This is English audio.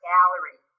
Gallery